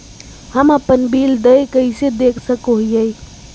हम अपन बिल देय कैसे देख सको हियै?